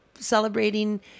celebrating